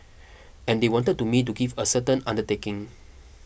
and they wanted to me to give a certain undertaking